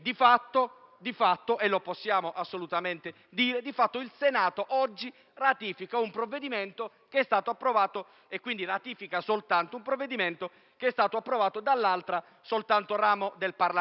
il Senato oggi ratifica un provvedimento che è stato approvato soltanto dall'altro ramo del Parlamento.